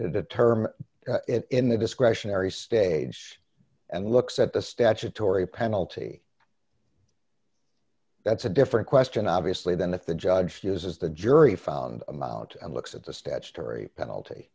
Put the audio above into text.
it in the discretionary stage and looks at the statutory penalty that's a different question obviously than if the judge does the jury found him out and looks at the statutory penalty